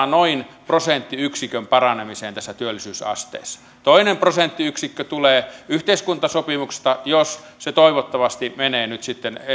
noin prosenttiyksikön paranemiseen tässä työllisyysasteessa toinen prosenttiyksikkö tulee yhteiskuntasopimuksesta jos se toivottavasti menee nyt sitten